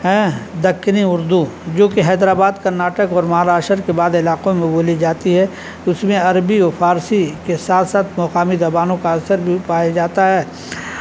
ہیں دکنی اردو جو کہ حیدرآباد کرناٹک اور مہاراشٹر کے بعض علاقوں میں بولی جاتی ہے اس میں عربی اور فارسی کے ساتھ ساتھ مقامی زبانوں کا اثر بھی پایا جاتا ہے